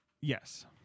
Yes